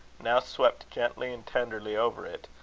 now swept gently and tenderly over it,